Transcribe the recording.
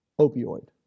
opioid